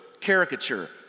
caricature